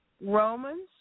Romans